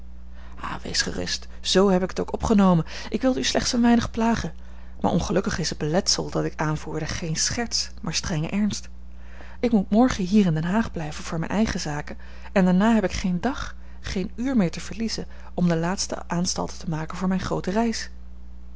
wees gerust z heb ik het ook opgenomen ik wilde u slechts een weinig plagen maar ongelukkig is het beletsel dat ik aanvoerde geen scherts maar strenge ernst ik moet morgen hier in den haag blijven voor mijne eigene zaken en daarna heb ik geen dag geen uur meer te verliezen om de laatste aanstalten te maken voor mijne groote reis